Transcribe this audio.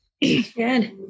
Good